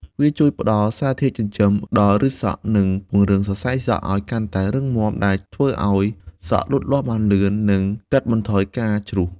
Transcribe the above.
វាជួយផ្ដល់ សារធាតុចិញ្ចឹម ដល់ឫសសក់ និង ពង្រឹងសរសៃសក់ ឱ្យកាន់តែរឹងមាំ ដែលធ្វើឱ្យសក់លូតលាស់បានលឿន និងកាត់បន្ថយការជ្រុះ។